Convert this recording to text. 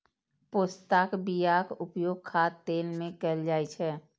पोस्ताक बियाक उपयोग खाद्य तेल मे कैल जाइ छै